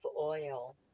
oil